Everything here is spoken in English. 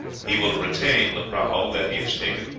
he will retain the prahu that he has taken,